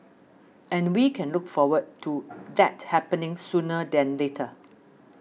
and we can look forward to that happening sooner than later